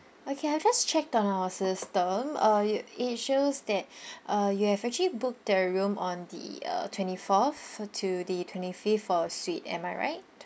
okay I've just checked on our system uh you it shows that uh you have actually booked the room on the uh twenty fourth to the twenty fifth for a suite am I right